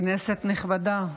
כנסת נכבדה,